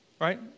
right